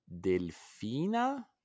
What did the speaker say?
Delfina